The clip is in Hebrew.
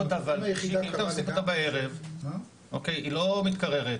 שיקי, אם אתה מפסיק אותה בערב, היא לא מתקררת.